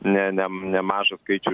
ne ne nemažą skaičių